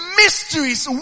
mysteries